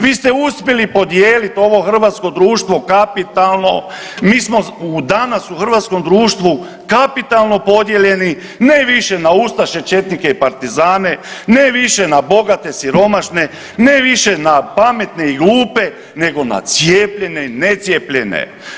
Vi ste uspjeli podijeliti ovo hrvatsko društvo kapitalno, mi smo u danas, u hrvatskom društvu kapitalno podijeljeni, ne više na ustaše, četnike i partizane, ne više na bogate, siromašne, ne više na pametne i glupe nego na cijepljene i necijepljene.